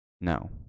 no